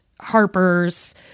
Harper's